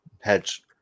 hedge